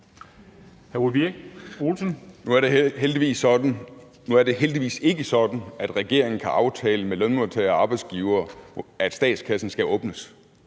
Nu er det heldigvis ikke sådan, at regeringen kan aftale med lønmodtagere og arbejdsgivere, at statskassen skal åbnes.